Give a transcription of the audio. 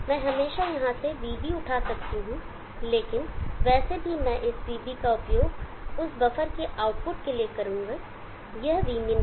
मैं हमेशा यहाँ से vB उठा सकता हूं लेकिन वैसे भी मैं इस vB का उपयोग उस बफर के आउटपुट के लिए करूंगा यह vmin है